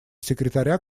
секретаря